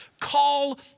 call